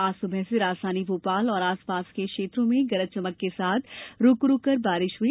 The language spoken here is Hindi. आज सुबह से राजधानी भोपाल और उसके आस पास के क्षेत्रों में गरज चमक के साथ रूक रूककर बारिश हुई